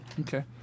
Okay